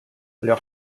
leur